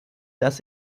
das